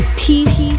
peace